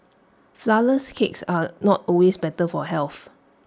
Flourless Cakes are not always better for health